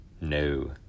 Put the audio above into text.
no